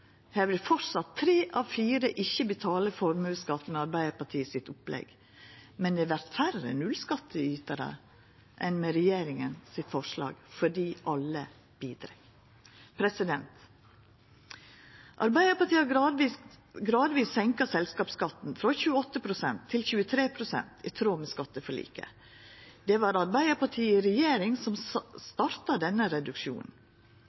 Her vil fortsatt tre av fire ikkje betala formuesskatt med Arbeidarpartiet sitt opplegg, men det vert færre nullskattytarar enn med regjeringa sitt forslag, fordi alle bidreg. Arbeidarpartiet har gradvis senka selskapsskatten frå 28 pst. til 23 pst., i tråd med skatteforliket. Det var Arbeidarpartiet i regjering som starta denne reduksjonen.